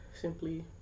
simply